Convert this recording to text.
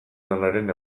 lanaren